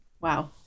wow